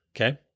Okay